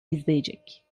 izleyecek